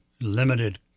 limited